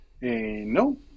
No